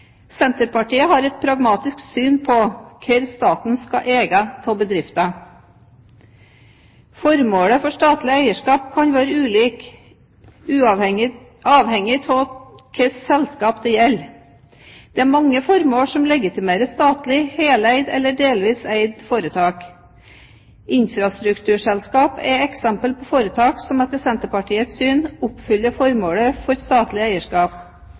Senterpartiet har et pragmatisk syn på hva staten skal eie av bedrifter. Formålet for statlig eierskap kan være ulik, avhengig av hvilket selskap det gjelder. Det er mange formål som legitimerer statlig heleide eller delvis eide foretak. Infrastrukturselskaper er eksempler på foretak som etter Senterpartiets syn oppfyller formålet for statlig eierskap,